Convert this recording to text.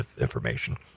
information